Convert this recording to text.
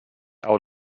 out